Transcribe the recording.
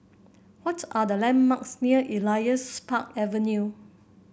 what are the landmarks near Elias Park Avenue